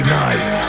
night